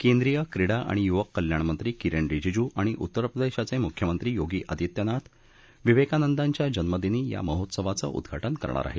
केंद्रीय क्रीडा आणि युवक कल्याणमंत्री किरण रिजीजू आणि उत्तरप्रदेशचे मुख्यमंत्री योगी आदित्यनाथ विवेकानदांच्या जन्मदिनी या महोत्सवाचं उद्घाटन करणार आहेत